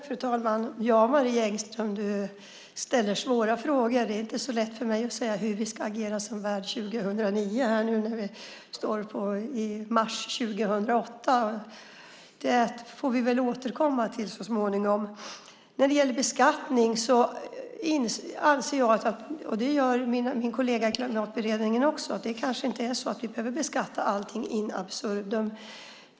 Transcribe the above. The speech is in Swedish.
Fru talman! Du ställer svåra frågor, Marie Engström. Det är inte så lätt för mig att säga hur vi ska agera som värd 2009 nu när vi är i mars 2008. Det får vi återkomma till så småningom. När det gäller beskattning anser jag och min kollega i Klimatberedningen att vi kanske inte behöver beskatta allting in absurdum.